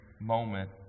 moment